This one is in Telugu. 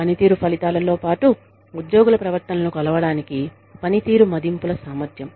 పనితీరు ఫలితాలతో పాటు ఉద్యోగుల ప్రవర్తనలను కొలవడానికి పనితీరు మదింపుల సామర్థ్యం